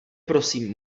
prosím